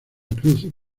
cruz